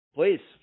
Please